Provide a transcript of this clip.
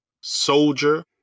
soldier